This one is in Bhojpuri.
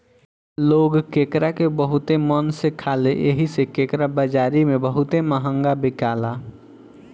लोग केकड़ा के बहुते मन से खाले एही से केकड़ा बाजारी में बहुते महंगा बिकाला